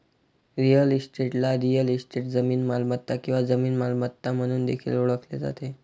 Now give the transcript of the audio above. real इस्टेटला real estate, जमीन मालमत्ता किंवा जमीन मालमत्ता म्हणून देखील ओळखले जाते